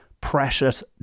precious